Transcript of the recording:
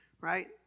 Right